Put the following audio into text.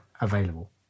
available